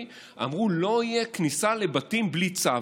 אמרו: לא תהיה כניסה לבתים בלי צו.